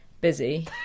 busy